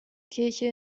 kirche